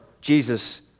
Jesus